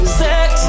sex